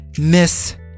Miss